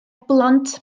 blant